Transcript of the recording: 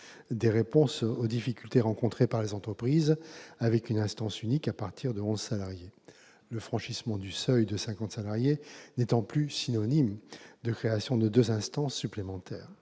des réponses aux difficultés rencontrées par les entreprises avec une instance unique à partir de 11 salariés, le franchissement du seuil de 50 salariés n'étant plus synonyme de création de deux instances supplémentaires.